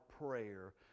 prayer